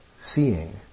seeing